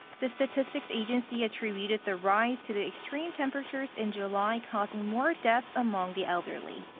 the statistics agency attributed the rise to the extreme temperatures in july causing more deaths among the elderly.